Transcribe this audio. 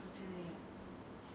the 银行 will